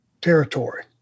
territory